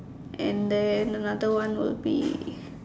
and then another one will be